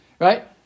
Right